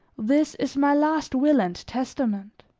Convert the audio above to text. this is my last will and testament.